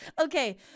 Okay